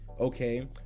okay